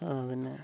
ആ പിന്നെ